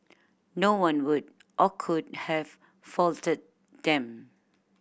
no one would or could have faulted them